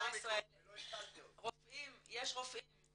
ה-18 רופאים יש רופאים